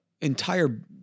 entire